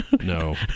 No